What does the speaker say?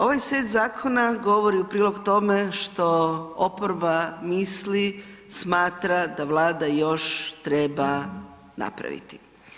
Ovaj set zakona govori u prilog tome što oporba misli, smatra da Vlada još treba napraviti.